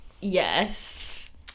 Yes